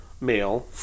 Male